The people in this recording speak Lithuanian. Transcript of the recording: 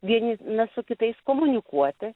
vieni na su kitais komunikuoti